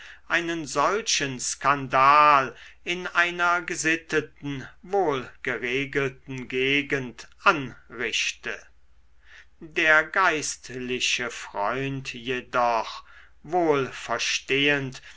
einen solchen skandal in einer gesitteten wohlgeregelten gegend anrichte der geistliche freund jedoch wohl verstehend